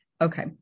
Okay